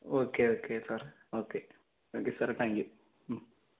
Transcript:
okay okay sir okay thank you sir thank you mm